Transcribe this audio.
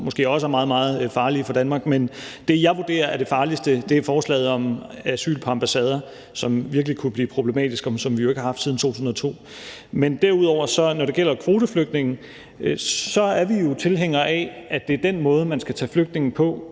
som måske også er meget, meget farlige for Danmark, men det, jeg vurderer er det farligste, er forslaget om asylansøgning på ambassader, som virkelig kunne blive problematisk, og som vi jo ikke har haft siden 2002. Derudover, når det gælder kvoteflygtninge, er vi jo tilhængere af, at det er den måde, man skal tage flygtninge på